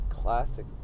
Classic